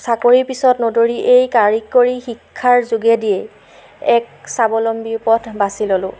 চাকৰিৰ পিছত নদৌৰি এই কাৰিকৰী শিক্ষাৰ যোগেদিয়েই এক স্বাৱলম্বীৰ পথ বাছি ল'লোঁ